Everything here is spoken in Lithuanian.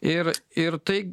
ir ir tai